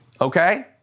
okay